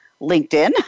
linkedin